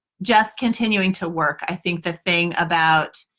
just continuing to work. i think the thing about